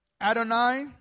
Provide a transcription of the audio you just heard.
Adonai